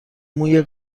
موی